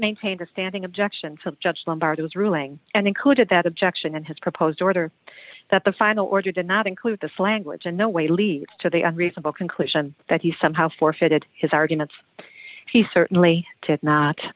maintained a standing objection to judge lombardo's ruling and included that objection and his proposed order that the final order did not include the slanguage in no way leads to the unreasonable conclusion that he somehow forfeited his arguments he certainly to not